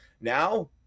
now